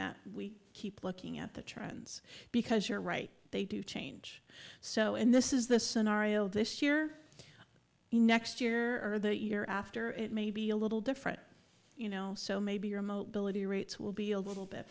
that we keep looking at the trends because you're right they do change so and this is the scenario this year next year or the year after it may be a little different you know so maybe your mobility rates will be a little bit